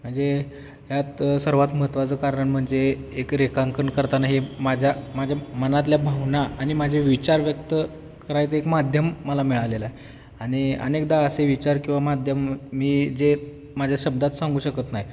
म्हणजे यात सर्वात महत्त्वाचं कारण म्हणजे एक रेखांकन करताना हे माझ्या माझ्या मनातल्या भावना आणि माझे विचार व्यक्त करायचं एक माध्यम मला मिळालेलं आहे आणि अनेकदा असे विचार किंवा माध्यम मी जे माझ्या शब्दात सांगू शकत नाही